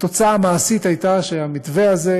התוצאה המעשית הייתה שהמתווה הזה,